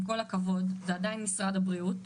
עם כל הכבוד, זה עדיין משרד הבריאות,